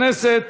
הכנסת